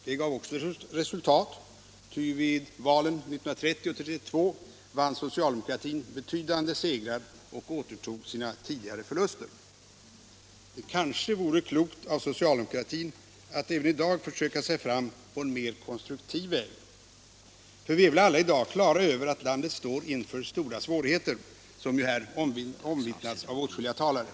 Det gav också resultat, ty vid valen såväl 1930 som 1932 vann socialdemokratin betydande segrar och återtog sina tidigare förluster. Det kanske vore klokt av socialdemokratin att även i dag försöka sig fram på en mer konstruktiv väg. För vi är väl alla i dag klara över att landet står inför stora svårigheter, som här omvittnats av åtskilliga talare.